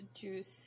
juice